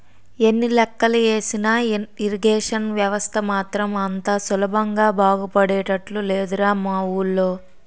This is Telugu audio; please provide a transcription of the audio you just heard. ఎన్ని లెక్కలు ఏసినా ఇరిగేషన్ వ్యవస్థ మాత్రం అంత సులభంగా బాగుపడేటట్లు లేదురా మా వూళ్ళో